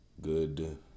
good